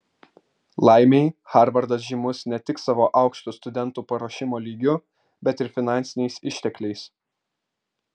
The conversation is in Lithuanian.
laimei harvardas žymus ne tik savo aukštu studentų paruošimo lygiu bet ir finansiniais ištekliais